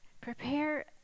prepare